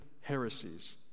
heresies